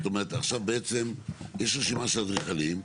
עכשיו בעצם יש רשימה של אדריכלים.